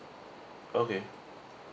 okay